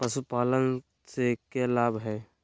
पशुपालन से के लाभ हय?